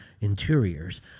interiors